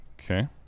Okay